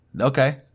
Okay